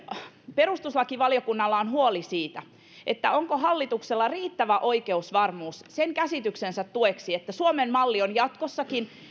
perustuslakivaliokunnalla on huoli siitä onko hallituksella riittävä oikeusvarmuus sen käsityksensä tueksi että suomen malli on jatkossakin